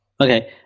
Okay